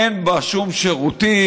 אין בה שום שירותים,